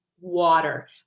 water